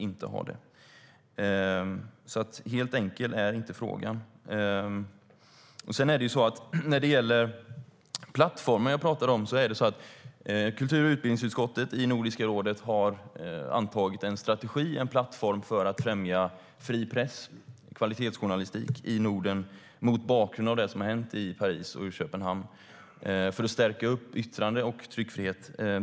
Frågan är alltså inte helt enkel. När det gäller den plattform jag talade om är det så att kultur och utbildningsutskottet i Nordiska rådet har antagit en strategi - en plattform - för att främja fri press och kvalitetsjournalistik i Norden, mot bakgrund av det som har hänt i Paris och Köpenhamn. Det handlar om att stärka yttrande och tryckfrihet.